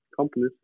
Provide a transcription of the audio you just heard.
companies